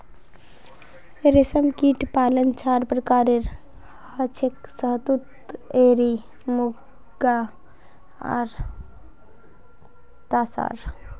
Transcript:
रेशमकीट पालन चार प्रकारेर हछेक शहतूत एरी मुगा आर तासार